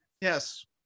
Yes